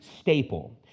staple